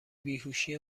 بیهوشی